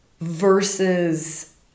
versus